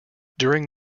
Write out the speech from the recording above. during